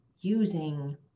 using